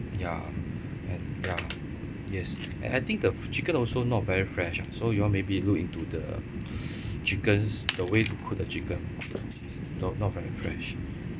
ya and ya yes and I think the chicken also not very fresh ah so you all maybe look into the chicken the way to cook the chicken not not very fresh